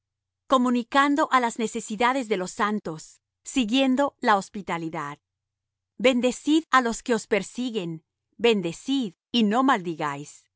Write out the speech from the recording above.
comunicando á las necesidades de los santos siguiendo la hospitalidad bendecid á los que os persiguen bendecid y no maldigáis